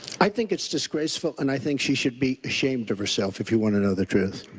i think it's disgraceful and i think she should be ashamed of herself, if you want to know the truth.